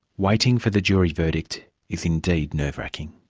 waiting for the jury verdict is indeed nerve-wracking.